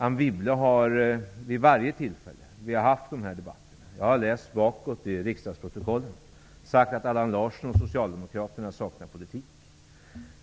Anne Wibble har vid varje tillfälle när vi har haft de här debatterna -- jag har läst bakåt i riksdagsprotokollen -- sagt att Allan Larsson och socialdemokraterna saknar politik.